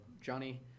Johnny